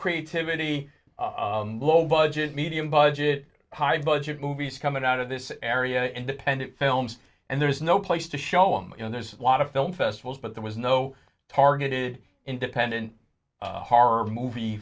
creativity a low budget medium budget high budget movies coming out of this area and dependent films and there's no place to show i'm in there's a lot of film festivals but there was no targeted independent horror movie